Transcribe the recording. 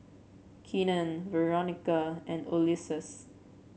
Keenen Veronica and Ulysses